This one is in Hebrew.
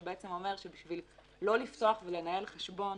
שבעצם אומר שבשביל לא לפתוח ולנהל חשבון